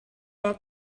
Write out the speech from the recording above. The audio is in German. der